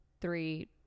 three